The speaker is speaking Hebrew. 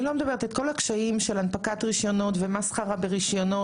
אני לא מדברת על כל הקשיים של הנפקת רישיונות והמסחרה ברישיונות,